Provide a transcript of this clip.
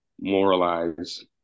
moralize